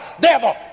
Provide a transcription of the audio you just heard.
devil